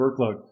workload